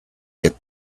get